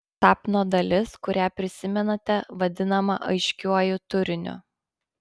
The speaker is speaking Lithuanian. sapno dalis kurią prisimenate vadinama aiškiuoju turiniu